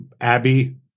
Abby